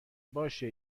باشه